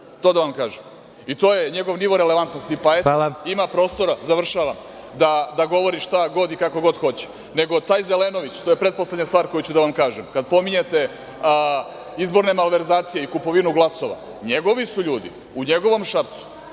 to da vam kažem. To je njegov nivo relevantnosti, pa eto ima prostora da govori šta god i kako god hoće. Taj Zelenović, to je pretposlednja stvar koju ću da vam kažem, kada pominjete izborne malverzacije i kupovinu glasova, njegovi su ljudi u njegovom Šapcu